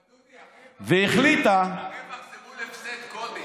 אבל, דודי, הרווח זה מול הפסד קודם.